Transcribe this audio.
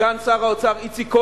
סגן שר האוצר איציק כהן.